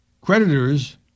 creditors